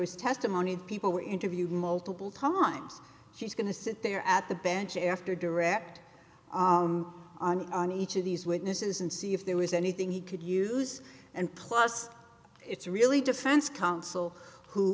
is testimony people interview multiple times she's going to sit there at the bench after direct on each of these witnesses and see if there was anything he could use and plus it's really defense counsel who